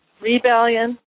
rebellion